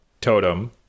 Totem